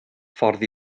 ffordd